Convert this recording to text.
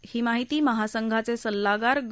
ही माहिती महासंघाचे सल्लागार ग